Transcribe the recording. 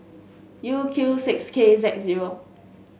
U Q six K Z zero